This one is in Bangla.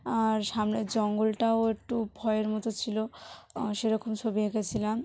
আর সামনের জঙ্গলটাও একটু ভয়ের মতো ছিল সেরকম ছবি এঁকেছিলাম